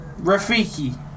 Rafiki